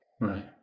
Right